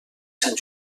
sant